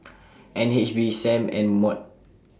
N H B SAM and Mod